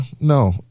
no